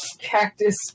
Cactus